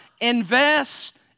Invest